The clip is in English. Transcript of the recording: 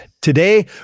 Today